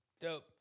Dope